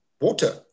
water